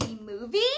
movie